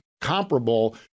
comparable